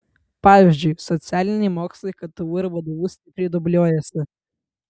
pavyzdžiui socialiniai mokslai ktu ir vdu stipriai dubliuojasi